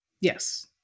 Yes